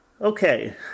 Okay